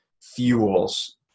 fuels